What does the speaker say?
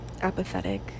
apathetic